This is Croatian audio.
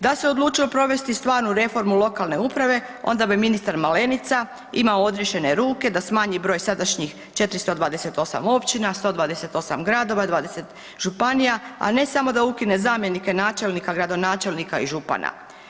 Da se odlučio provesti stvarnu reformu lokalne uprave onda bi ministar Malenica imao odriješene ruke da smanji broj sadašnjih 428 općina, 128 gradova i 20 županija, a ne samo da ukine zamjenike načelnika, gradonačelnika i župana.